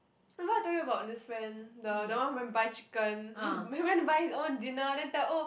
remember I told you about this friend the the one who go and buy chicken his he went to buy his own dinner then tell oh